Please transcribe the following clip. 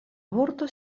vorto